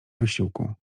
wysiłku